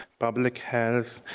public health,